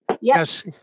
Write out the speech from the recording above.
Yes